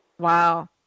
Wow